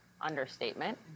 understatement